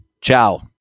Ciao